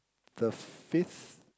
the fifth